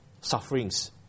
sufferings